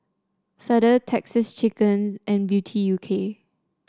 Feather Texas Chicken and Beauty U K